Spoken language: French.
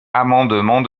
amendement